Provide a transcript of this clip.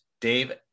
Dave